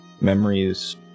memories